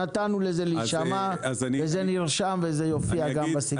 נתנו לזה להישמע, זה נרשם וזה יופיע גם בסיכום.